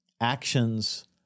actions